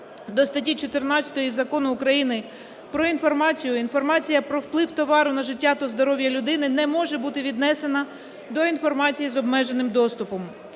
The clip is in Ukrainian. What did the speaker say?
до статті 14 Закону України "Про інформацію" інформація про вплив товару на життя та здоров'я людини не може бути віднесена до інформації з обмеженим доступом.